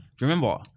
remember